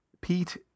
Pete